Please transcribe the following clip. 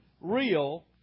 real